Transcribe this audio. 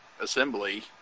assembly